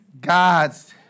God's